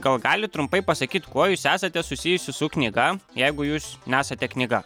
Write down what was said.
gal galit trumpai pasakyt kuo jūs esate susijusi su knyga jeigu jūs nesate knyga